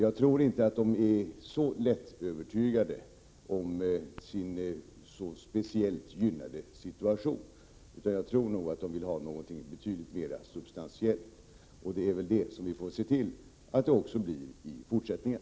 Jag tror inte att de är så lättövertygade om sin speciellt gynnade situation, utan jagtror nog att de vill ha någonting betydligt mera substantiellt. Och det får vi väl se till att de också får i fortsättningen.